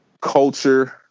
culture